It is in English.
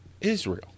Israel